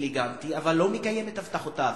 אלגנטי אבל לא מקיים הבטחותיו,